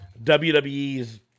wwe's